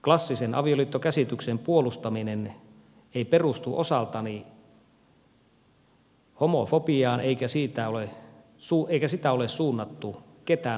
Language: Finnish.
klassisen avioliittokäsityksen puolustaminen ei perustu osaltani homofobiaan eikä sitä ole suunnattu ketään vastaan